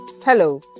Hello